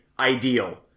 Ideal